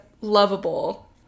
lovable